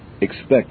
expect